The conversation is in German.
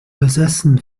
besessen